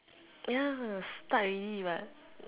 ya start already but